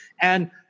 And-